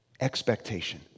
expectation